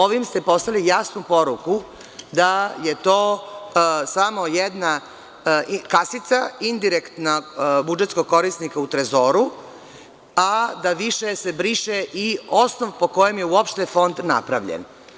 Ovim ste poslali jasnu poruku da je to samo jedna kasica indirektnog budžetskog korisnika u trezoru, a da se više briše i osnov po kojem je uopšte Fond napravljen.